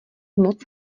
moc